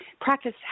practice